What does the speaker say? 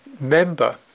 member